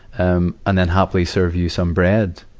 um, and then happily serve you some bread.